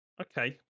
Okay